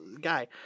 Guy